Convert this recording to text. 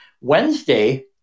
Wednesday